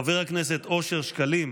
חבר הכנסת אושר שקלים,